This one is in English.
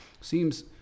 Seems